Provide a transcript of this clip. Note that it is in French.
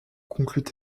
conclut